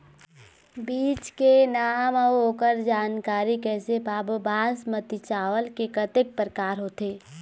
बीज के नाम अऊ ओकर जानकारी कैसे पाबो बासमती चावल के कतेक प्रकार होथे?